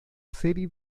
serie